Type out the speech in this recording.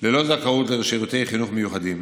ללא זכאות לשירותי חינוך מיוחדים